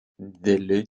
dideli